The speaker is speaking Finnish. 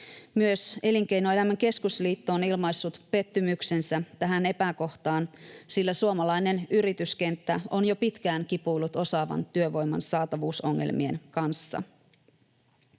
Myös Elinkeinoelämän keskusliitto on ilmaissut pettymyksensä tähän epäkohtaan, sillä suomalainen yrityskenttä on jo pitkään kipuillut osaavan työvoiman saatavuusongelmien kanssa.